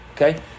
okay